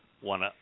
one